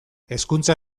hezkuntza